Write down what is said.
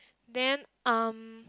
then um